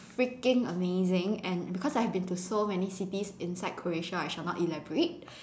freaking amazing and because I've been to so many cities inside Croatia I shall not elaborate